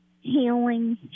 healing